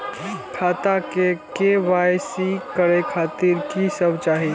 खाता के के.वाई.सी करे खातिर की सब चाही?